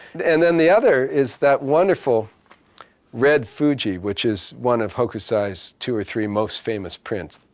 and then the other is that wonderful red fuji, which is one of hokusai's two or three most famous prints.